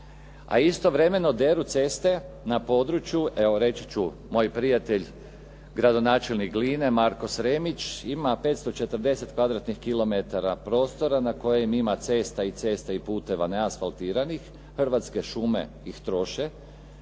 a istovremeno deru ceste na području, evo reći ću moj prijatelj gradonačelnik Gline Marko Sremić ima 540 kvadratnih kilometara prostora na kojim ima cesta i cesta, i puteva neasfaltiranih, Hrvatske šume ih troše